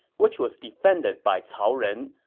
which was defended by cao ren,